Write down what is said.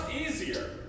easier